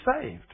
saved